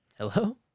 hello